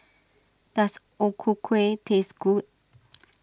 does O Ku Kueh taste good